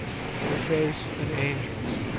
her face an angel's,